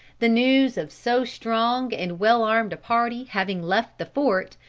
the news of so strong and well armed a party having left the fort,